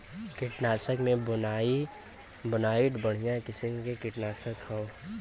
कीटनाशक में बोनाइट बढ़िया किसिम क कीटनाशक हौ